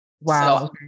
Wow